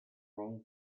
role